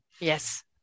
yes